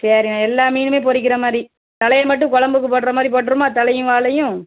சரிண்ணே எல்லா மீனுமே பொரிக்கிற மாதிரி தலையை மட்டும் கொழம்புக்கு போடுற மாதிரி போட்டிரும்மா தலையும் வாலையும்